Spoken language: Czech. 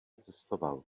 cestoval